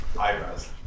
Eyebrows